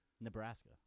Nebraska